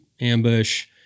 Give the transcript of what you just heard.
ambush